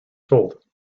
sold